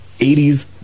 80s